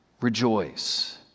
rejoice